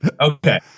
Okay